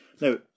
Now